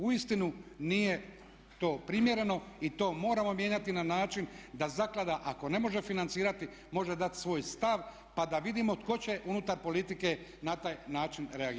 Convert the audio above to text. Uistinu nije to primjereno i to moramo mijenjati na način da zaklada ako ne može financirati može dati svoj stav pa da vidimo tko će unutar politike na taj način reagirati.